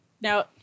Now